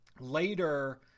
Later